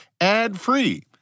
ad-free